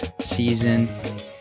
season